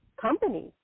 companies